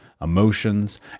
emotions